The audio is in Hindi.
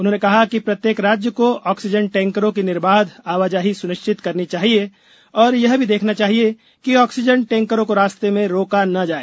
उन्होंने कहा कि प्रत्येक राज्य को ऑक्सीजन टैंकरों की निर्बाध आवाजाही सुनिश्चित करनी चाहिए और यह भी देखना चाहिए कि ऑक्सीजन टैंकरों को रास्ते में रोका न जाए